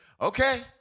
Okay